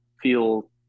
feel